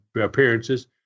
appearances